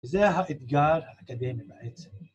זה האתגר האקדמי בעצם